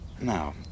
Now